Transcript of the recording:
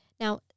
Now